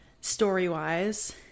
Story-wise